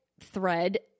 thread